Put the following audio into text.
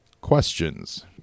Questions